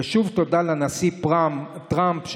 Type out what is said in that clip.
ושוב תודה לנשיא טראמפ,